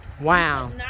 Wow